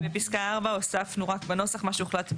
בפסקה (4) הוספנו בנוסח מה שהוחלט בוועדה,